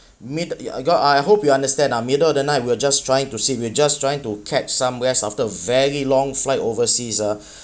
mid uh I~ I hope you understand ah middle of the night we were just trying to sleep we're just trying to catch some rest after a very long flight overseas ah